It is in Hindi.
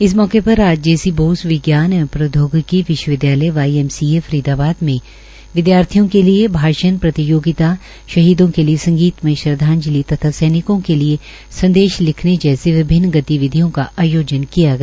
इस मौके पर आज जे सी बोस विज्ञान एवं प्रौदयोगिकी विश्वविदयालय Y M C A Faridabad में विदयार्थियों के लिए भाषण प्रतियोगिता शहीदों के लिए संगीतमय श्रदाजंलि तथा सैनिकों के लिए संदेश लिखने जैसी विभिन्न गितविधियों का आयोजन किया गया